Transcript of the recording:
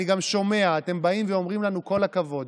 אני גם שומע, אתם באים ואומרים לנו: כל הכבוד.